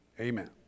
amen